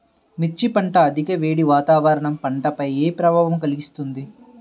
మిర్చి పంట అధిక వేడి వాతావరణం పంటపై ఏ ప్రభావం కలిగిస్తుంది?